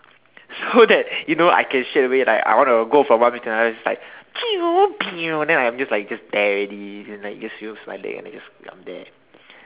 so that you know I can straight away like I want to go from one place to another just like then I'm just like just there already then like just of use my legs and then just I'm there